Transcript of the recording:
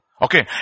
Okay